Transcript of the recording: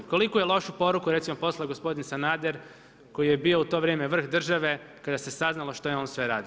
Koliko je lošu poruku recimo poslao gospodin Sanader, koji je bio u to vrijeme vrh države, kada se saznalo što je sve on radio.